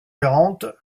quarante